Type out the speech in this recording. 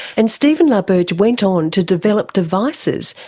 and stephen la berge went on to develop devices,